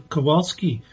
Kowalski